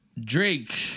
Drake